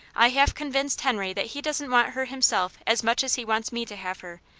i have convinced henry that he doesn't want her himself as much as he wants me to have her,